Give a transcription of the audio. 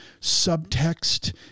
subtext